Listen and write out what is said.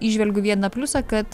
įžvelgiu vieną pliusą kad